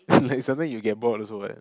like sometime you'll get bored also what